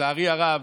לצערי הרב,